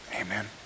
amen